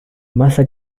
masa